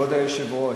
כבוד היושב-ראש,